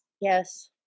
Yes